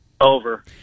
over